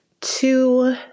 two